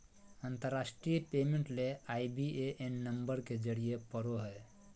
अंतरराष्ट्रीय पेमेंट ले I B A N number के जरूरत पड़ो हय